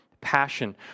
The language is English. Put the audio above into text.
passion